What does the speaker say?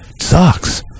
sucks